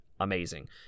amazing